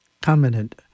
commented